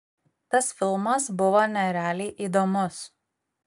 tas filmas buvo nerealiai įdomus